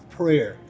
prayer